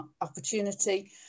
opportunity